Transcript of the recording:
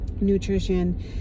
nutrition